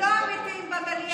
לא אמיתיים במליאה?